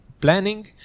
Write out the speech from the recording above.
planning